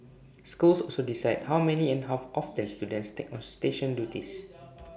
schools also decide how many and how often students take on station duties